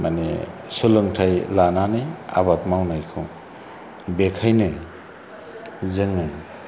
माने सोलोंथाइ लानानै आबाद मावनायखौ बेखायनो जोङो